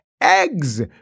eggs